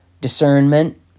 discernment